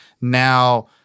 now